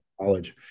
college